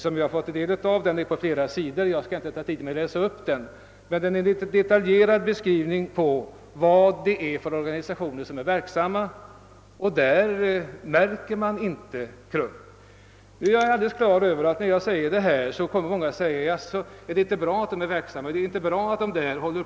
Jag skall inte uppta tiden med att läsa upp den, men jag vill nämna att det är en detaljerad beskrivning av de organisationer som är verksamma på kriminalvårdsområdet, och där är KRUM inte representerat. Jag är fullt medveten om att många som hör mig framföra detta kommer att säga: Jaså, är det inte bra att man inom KRUM är verksam på detta område?